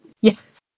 yes